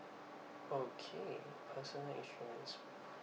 okay personal insurance